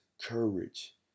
courage